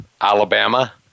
Alabama